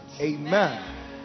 amen